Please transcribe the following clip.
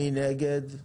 מי נגד?